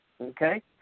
Okay